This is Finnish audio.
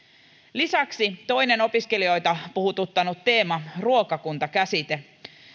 lisäksi toinen opiskelijoita puhututtanut teema ruokakuntakäsite